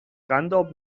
قنداب